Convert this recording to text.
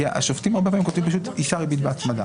השופטים הרבה פעמים כותבים פשוט ריבית והצמדה.